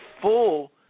Full